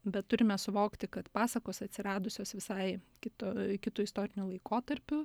bet turime suvokti kad pasakos atsiradusios visai kitu kitu istoriniu laikotarpiu